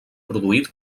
produït